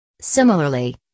Similarly